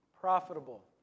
profitable